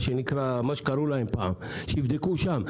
שיבדקו שם.